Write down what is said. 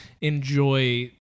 enjoy